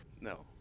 No